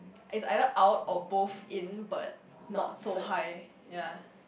is either out or both in but not so high